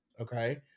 Okay